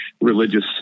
religious